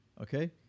okay